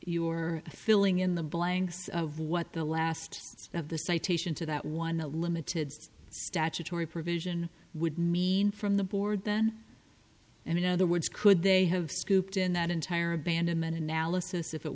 are filling in the blanks of what the last of the citation to that one the limited statutory provision would mean from the board then and in other words could they have scooped in that entire abandonment